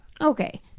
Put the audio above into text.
Okay